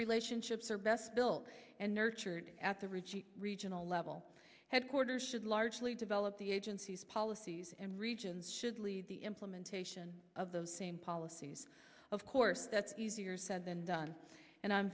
relationships are best built and nurtured at the rigi regional level headquarters should largely develop the agency's policies and regions should lead the implementation of those same policies of course that's easier said than done and i'm